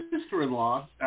sister-in-law